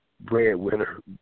breadwinner